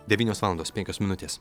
devynios valandos penkios minutės